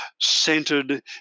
centered